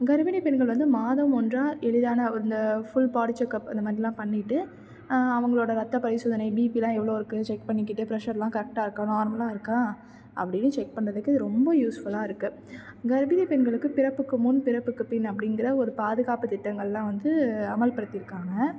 கர்ப்பிணிப் பெண்கள் வந்து மாதம் ஒன்றாக எளிதான வந்து ஃபுல் பாடி செக்கப் இது மாதிரிலாம் பண்ணிவிட்டு அவங்களோட ரத்தப் பரிசோதனை பிபிலாம் எவ்வளவு இருக்குது செக் பண்ணிக்கிட்டு பிரஷர்லாம் கரெக்டாக இருக்கா நார்மலாக இருக்கா அப்படின்னு செக் பண்ணுறதுக்கு ரொம்ப யூஸ்ஃபுல்லாக இருக்குது கர்ப்பிணிப் பெண்களுக்கு பிறப்புக்கு முன் பிறப்புக்குப் பின் அப்டிங்கிற ஒரு பாதுகாப்புத் திட்டங்கள்லாம் வந்து அமல்படுத்தியிருக்காங்க